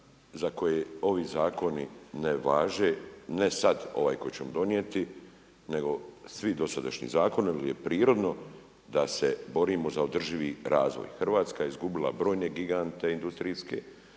za koje ovi zakoni ne važe, ne sad ovaj koji ćemo donijeti nego svi dosadašnji zakoni jer je prirodni da se borimo za održivi razvoj. Hrvatska je izgubila brojne gigante industrijske,